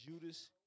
Judas